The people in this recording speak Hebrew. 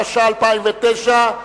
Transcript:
התש"ע 2009,